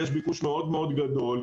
כי יש ביקוש מאוד מאוד גדול,